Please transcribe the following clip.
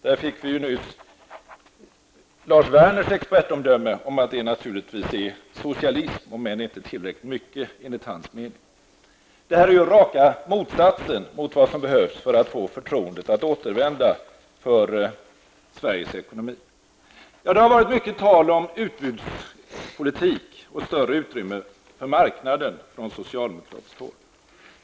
Här fick vi nyss Lars Werners expertomdöme om att detta naturligtvis är socialism, men inte tillräckligt mycket enligt hans mening. Detta är raka motsatsen till vad som behövs för att få förtroendet för Sveriges ekonomi att återvända. Det har från socialdemokratiskt håll varit mycket tal om utbudspolitik och ett större utrymme för marknaden.